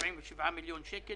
אתמול שוחח איתי שר האוצר.